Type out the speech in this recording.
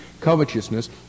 covetousness